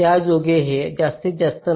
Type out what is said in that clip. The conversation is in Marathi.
ज्यायोगे हे जास्तीत जास्त नाही